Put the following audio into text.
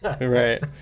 right